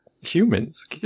humans